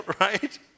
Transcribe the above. Right